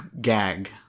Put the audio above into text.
gag